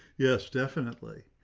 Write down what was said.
yes, definitely.